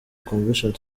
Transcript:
convention